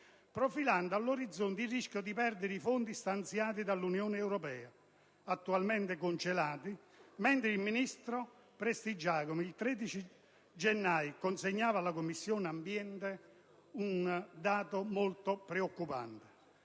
profilando all'orizzonte il rischio di perdere i fondi stanziati dall'Unione europea e attualmente congelati, mentre il ministro dell'ambiente Stefania Prestigiacomo il 13 gennaio consegnava alla Commissione ambiente dati molto preoccupanti.